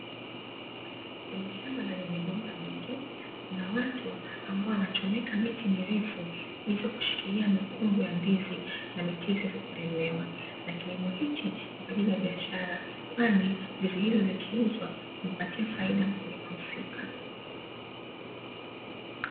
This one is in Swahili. Kwenye shamba lenye migomba mingi kuna watu ambao wanachomeka miti mirefu iweze kushikilia mikungu ya ndizi na miti hiyo isiweze kulemewa, na kilimo hichi ni kwa ajili ya biashara kwani ndizi hizo zikiuzwa humpatia faida mkulima husika.